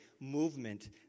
movement